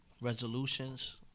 resolutions